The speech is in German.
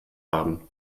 haben